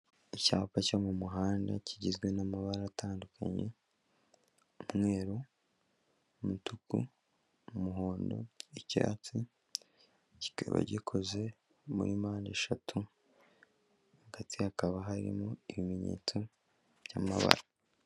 Icyapa cyo mu muhanda kigizwe n'amabara atandukanye, umweru, umutuku, umuhondo, icyatsi, kikaba gikoze muri mpande eshatu, hagati hakaba harimo ibimenyetso by'amabara.